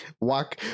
walk